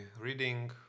reading